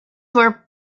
were